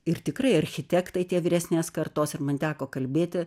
ir tikrai architektai tie vyresnės kartos ir man teko kalbėti